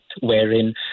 wherein